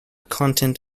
content